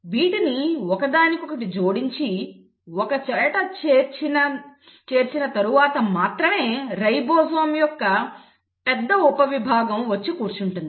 వీటిని ఒకదానికొకటి జోడించి ఒకచోట చేర్చిన తర్వాత మాత్రమే రైబోజోమ్ యొక్క పెద్ద ఉపభాగము వచ్చి కూర్చుంటుంది